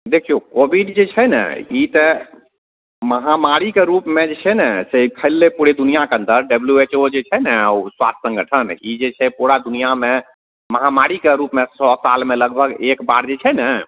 देखियौ कोविड जे छै ने ईे तऽ महामारीके रूपमे जे छै ने से फैललइ पूरे दुनिआके अन्दर डब्लू एच ओ जे छै ने स्वास्थ्य संगठन ई जे छै पूरा दुनिआमे महामारीके रूपमे सओ सालमे लगभग एक बार जे छै ने